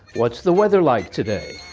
what's the weather like today?